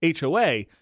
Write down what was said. HOA